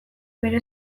bere